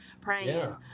praying